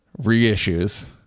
reissues